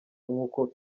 nk’uko